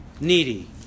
needy